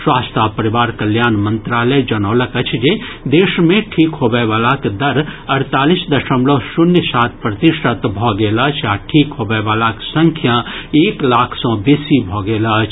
स्वास्थ्य आ परिवार कल्याण मंत्रालय जनौलक अछि जे देश मे ठीक होबयवलाक दर अड़तालिस दशमलव शून्य सात प्रतिशत भऽ गेल अछि आ ठीक होबयवलाक संख्या एक लाख सँ बेसी भऽ गेल अछि